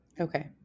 Okay